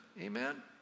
Amen